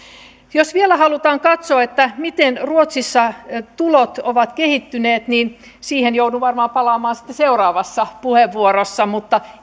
jos vielä halutaan katsoa miten ruotsissa tulot ovat kehittyneet niin siihen joudun varmaan palaamaan sitten seuraavassa puheenvuorossa mutta